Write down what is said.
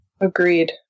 Agreed